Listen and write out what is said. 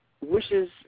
Wishes